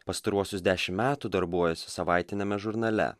pastaruosius dešim metų darbuojasi savaitiniame žurnale